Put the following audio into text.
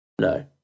No